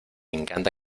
encanta